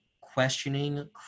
questioning